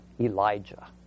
Elijah